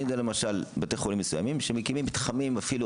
אני יודע למשל על בתי חולים מסוימים שמקימים מתחמים ואפילו